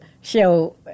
show